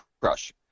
crush